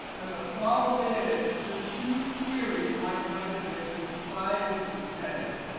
and the problem is the two queries might have a different privacy settings.